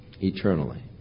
eternally